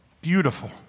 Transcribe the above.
beautiful